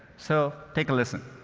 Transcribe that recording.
so, take a listen.